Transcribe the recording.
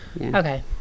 Okay